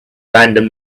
random